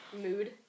Mood